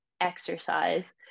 exercise